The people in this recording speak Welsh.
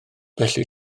felly